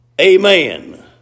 Amen